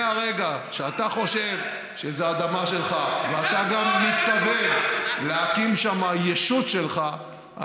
מהרגע שאתה חושב שזו אדמה שלך ואתה גם מתכוון להקים שם ישות שלך,